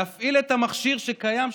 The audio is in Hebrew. להפעיל את המכשיר שקיים,